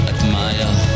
Admire